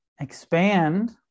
expand